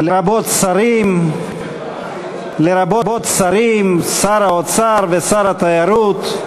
לרבות שרים, שר האוצר ושר התיירות.